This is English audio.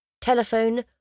telephone